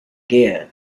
gear